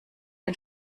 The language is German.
ein